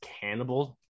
cannibal